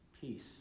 peace